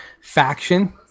faction